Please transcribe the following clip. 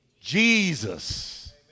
Jesus